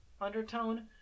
undertone